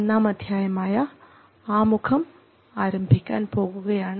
ഒന്നാം അധ്യായമായ ആമുഖം ആരംഭിക്കാൻ പോവുകയാണ്